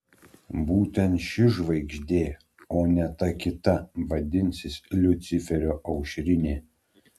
būtent ši žvaigždė o ne ta kita vadinsis liuciferio aušrinė